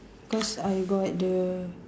cause I got the